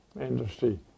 industry